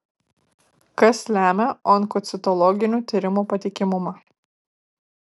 kas lemia onkocitologinių tyrimų patikimumą